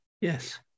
Yes